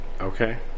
Okay